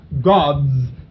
God's